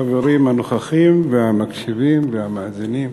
החברים הנוכחים והמקשיבים והמאזינים,